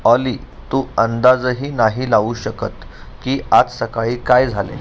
ऑली तू अंदाजही नाही लावू शकत की आज सकाळी काय झाले